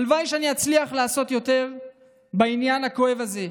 הלוואי שאצליח לעשות יותר בעניין הכואב הזה,